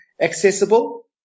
accessible